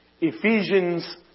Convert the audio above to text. Ephesians